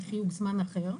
חיוג וזמן אחר.